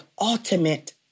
ultimate